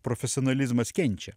profesionalizmas kenčia